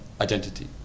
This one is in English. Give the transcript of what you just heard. identity